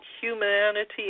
humanity